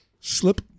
slip